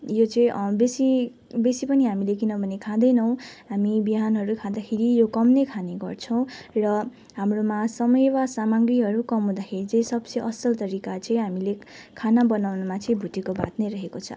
यो चाहिँ बेसी बेसी पनि हामीले किनभने खाँदैनौँ हामी बिहानहरू खाँदाखेरि यो कम नै खाने गर्छौँ र हाम्रोमा समय वा सामग्रीहरू कम हुँदाखेरि चाहिँ सबसे असल तरिका चाहिँ हामीले खाना बनाउनमा चाहिँ भुटेको भात नै रहेको छ